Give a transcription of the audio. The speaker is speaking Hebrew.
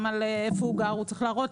גם על איפה הוא גר הוא צריך להראות